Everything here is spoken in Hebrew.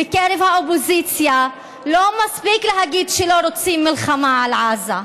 בקרב האופוזיציה לא מספיק להגיד שלא רוצים מלחמה על עזה,